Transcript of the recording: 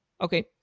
Okay